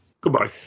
Goodbye